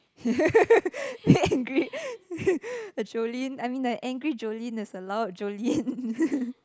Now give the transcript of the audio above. angry Joelyn I mean a angry Joelyn is a loud Joelyn